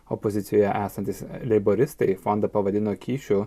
opozicijoje esantys leiboristai fondą pavadino kyšiu